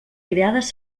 creades